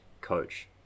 Coach